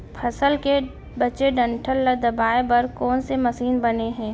फसल के बचे डंठल ल दबाये बर कोन से मशीन बने हे?